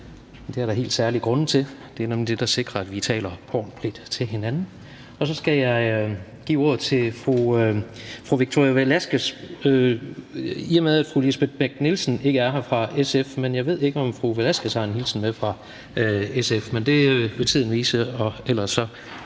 Det er der helt særlige grunde til; det er nemlig det, der sikrer, at vi taler ordentligt til hinanden. Så skal jeg give ordet til fru Victoria Velasquez, i og med at fru Lisbeth Bech-Nielsen fra SF ikke er her. Jeg ved ikke, om fru Victoria Velasquez har en hilsen med fra SF, men det vil tiden vise. Og ellers